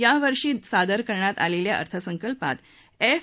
यावर्षी सादर करण्यात आलेल्या अर्थसंकल्पात एफ